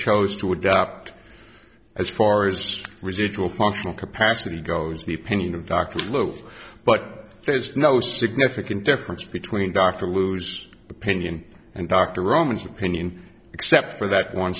chose to adopt as far as residual functional capacity goes the opinion of dr lou but there's no significant difference between dr lou's opinion and dr roman's opinion except for that one